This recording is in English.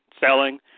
selling